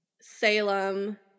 Salem